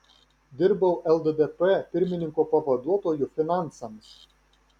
dirbau lddp pirmininko pavaduotoju finansams